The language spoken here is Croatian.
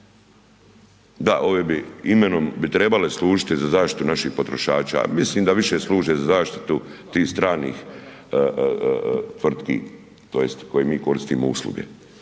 Da, ovim imenom bi trebale služiti za zaštitu naših potrošača, a mislim da više služe za zaštitu tih stranih tvrtki tj. koje mi koristimo usluge.